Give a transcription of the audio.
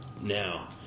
now